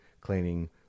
cleaning